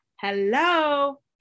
Hello